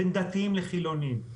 בין דתיים לחילוניים,